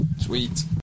Sweet